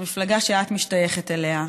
המפלגה שאת משתייכת אליה,